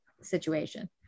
situation